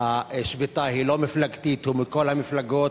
השביתה היא לא מפלגתית ומכל המפלגות,